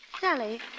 Sally